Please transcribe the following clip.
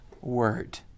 word